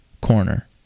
corner